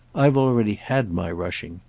i've already had my rushing.